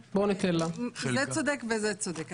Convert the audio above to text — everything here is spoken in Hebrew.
זה צודק וזה צודק.